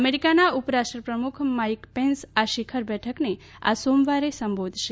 અમેરિકાના ઉપરાષ્ટ્રપ્રમુખ Mike Pence આ શીખર બેઠકને આ સોમવારે સંબોધશે